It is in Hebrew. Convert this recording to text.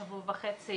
שבוע וחצי,